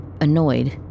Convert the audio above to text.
annoyed